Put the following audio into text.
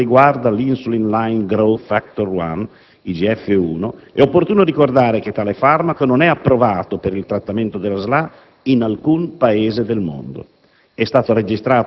Per quanto riguarda l'*Insuline-line Growth Factor-*1 (IGF-1), è opportuno ricordare che tale farmaco non è approvato per il trattamento della SLA in alcun Paese del mondo.